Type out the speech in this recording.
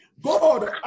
God